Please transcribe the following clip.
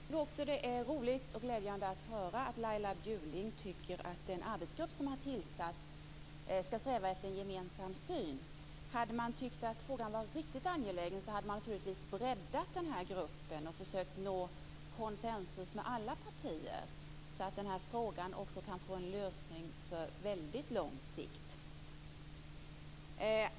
Fru talman! Också jag tycker att det är roligt och glädjande att höra att Laila Bjurling tycker att den arbetsgrupp som tillsatts skall sträva efter en gemensam syn. Men om man hade tyckt att frågan var riktigt angelägen skulle man naturligtvis ha breddat den här gruppen och försökt att nå konsensus med alla partier, så att frågan kan få en lösning på väldigt lång sikt.